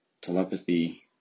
Telepathy